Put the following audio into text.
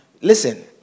Listen